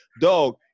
Dog